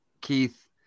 Keith